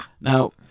Now